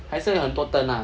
还是有很多灯 ah